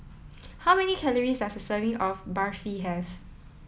how many calories does a serving of Barfi have